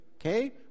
okay